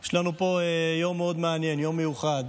יש לנו פה יום מאד מעניין, יום מיוחד,